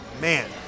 man